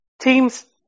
teams